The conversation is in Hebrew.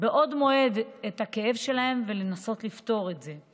בעוד מועד את הכאב שלהם ולנסות לפתור את זה.